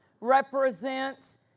represents